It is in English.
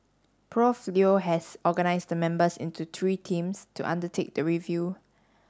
Prof Leo has organised the members into three teams to undertake the review